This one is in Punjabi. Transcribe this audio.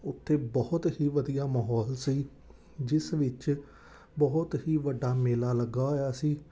ਉੱਥੇ ਬਹੁਤ ਹੀ ਵਧੀਆ ਮਾਹੌਲ ਸੀ ਜਿਸ ਵਿੱਚ ਬਹੁਤ ਹੀ ਵੱਡਾ ਮੇਲਾ ਲੱਗਿਆ ਹੋਇਆ ਸੀ